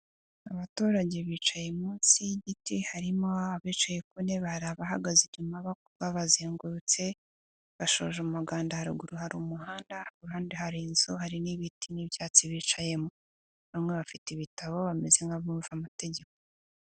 Abaturage bicaye munsi y'igiti harimo abicaye ku ntebe hari abahagaze inyuma babazengurutse bashoje umuganda haruguru hari umuhanda ahandi hari inzu hari n'ibiti n'ibyatsi bicayemo. Bamwe bafite ibitabo bameze nk'abumva amategeko.